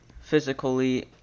physically